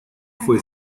fue